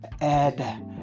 add